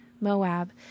Moab